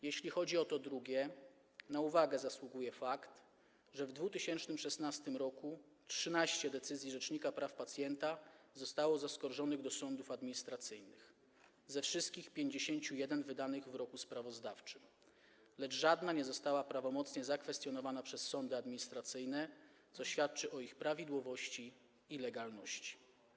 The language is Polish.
Jeśli chodzi o to drugie zagadnienie, na uwagę zasługuje fakt, że w 2016 r. 13 decyzji rzecznika praw pacjenta zostało zaskarżonych do sądów administracyjnych, ze wszystkich 51 wydanych w roku sprawozdawczym, lecz żadna decyzja nie została prawomocnie zakwestionowana przez sądy administracyjne, co świadczy o ich prawidłowości i legalności.